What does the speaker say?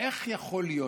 איך יכול להיות?